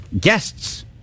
Guests